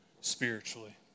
spiritually